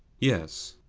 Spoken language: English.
yes.